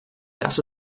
das